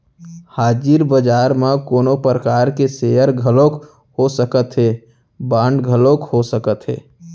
हाजिर बजार म कोनो परकार के सेयर घलोक हो सकत हे, बांड घलोक हो सकत हे